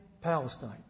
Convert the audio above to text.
Palestine